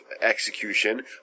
execution